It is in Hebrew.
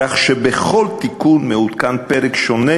כך שבכל תיקון מעודכן פרק שונה,